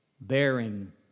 bearing